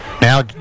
Now